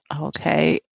Okay